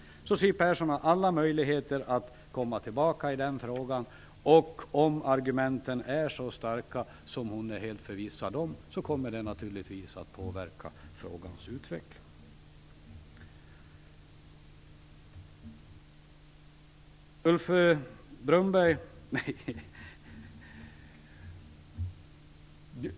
Siw Persson har alla möjligheter att komma tillbaka i den frågan, och om argumenten är så starka som hon är helt förvissad om kommer det naturligtvis att påverka frågans utveckling.